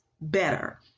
better